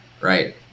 right